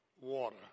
water